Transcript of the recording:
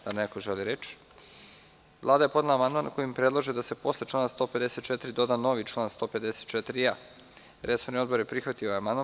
Da li neko želi reč? (Ne.) Vlada je podnela amandman kojim predlaže da se posle člana 154. doda novi član 154a. Resorni odbor je prihvatio amandman.